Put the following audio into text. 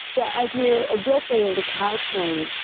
yeah as we are addressing the caltrain,